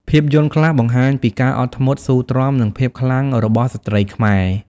ភាពយន្តខ្លះបង្ហាញពីការអត់ធ្មត់ស៊ូទ្រាំ និងភាពខ្លាំងរបស់ស្ត្រីខ្មែរ។